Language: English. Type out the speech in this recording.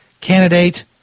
candidate